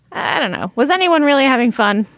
and no. was anyone really having fun?